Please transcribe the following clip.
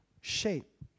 shape